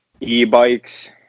e-bikes